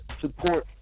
support